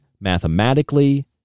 mathematically